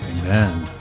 Amen